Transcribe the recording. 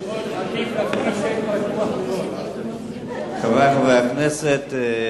כבוד היושב-ראש, חברי חברי הכנסת,